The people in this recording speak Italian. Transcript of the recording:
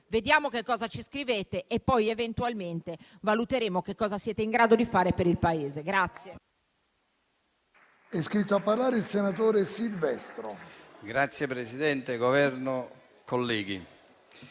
vediamo cosa ci scrivete e poi eventualmente valuteremo cosa siete in grado di fare per il Paese.